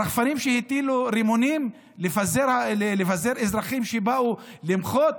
רחפנים שהטילו רימונים לפזר על אזרחים שבאו למחות.